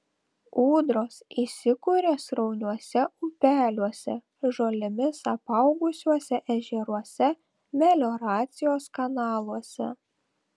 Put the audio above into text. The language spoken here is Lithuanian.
ūdros įsikuria srauniuose upeliuose žolėmis apaugusiuose ežeruose melioracijos kanaluose